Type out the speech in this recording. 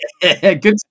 Good